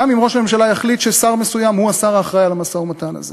גם אם ראש הממשלה יחליט ששר מסוים הוא השר האחראי למשא-ומתן הזה.